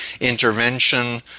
intervention